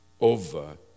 over